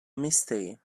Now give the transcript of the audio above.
mystery